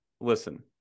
listen